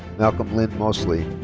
malcolm lynn mosley.